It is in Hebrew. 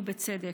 ובצדק.